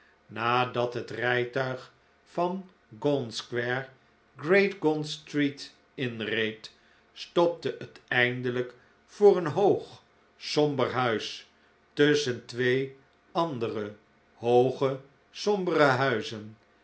nadat het rijtuig van gaunt square great gaunt street inreed stopte het eindelijk voor een hoog somber huis tusschen twee andere hooge sombere huizen